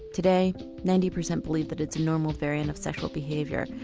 today ninety percent believe that it's a normal variant of sexual behaviour.